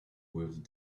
with